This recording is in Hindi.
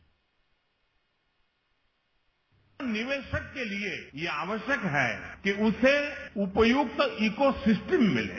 बाइट निवेशक के लिए ये आवश्यक है कि उसे उपयुक्त ईकोसिस्टम मिले